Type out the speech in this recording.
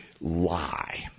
Lie